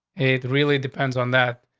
it really depends on that.